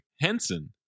Henson